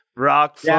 Rock